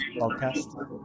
podcast